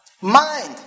Mind